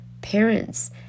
parents